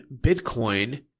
bitcoin